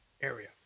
area